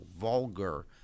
vulgar